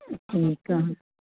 ठीकु आहे